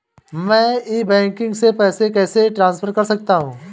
मैं e banking से पैसे कैसे ट्रांसफर कर सकता हूं?